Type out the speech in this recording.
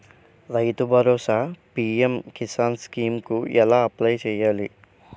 రైతు Bharosa PM Kisan scheme కు ఎలా అప్లయ్ చేయాలి?